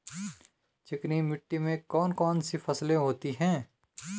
चिकनी मिट्टी में कौन कौन सी फसलें होती हैं?